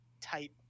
type